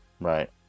Right